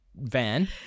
van